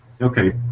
okay